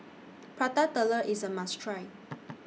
Prata Telur IS A must Try